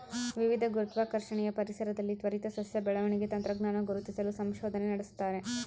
ವಿವಿಧ ಗುರುತ್ವಾಕರ್ಷಣೆಯ ಪರಿಸರದಲ್ಲಿ ತ್ವರಿತ ಸಸ್ಯ ಬೆಳವಣಿಗೆ ತಂತ್ರಜ್ಞಾನ ಗುರುತಿಸಲು ಸಂಶೋಧನೆ ನಡೆಸ್ತಾರೆ